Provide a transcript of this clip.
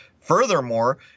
Furthermore